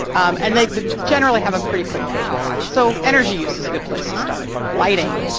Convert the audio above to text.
and they generally have a pretty quick payback, so energy use is a good place to start lighting,